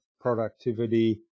productivity